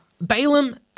Balaam